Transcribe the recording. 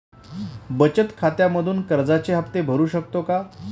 बचत खात्यामधून कर्जाचे हफ्ते भरू शकतो का?